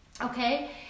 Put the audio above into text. okay